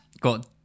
got